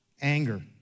Anger